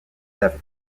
seven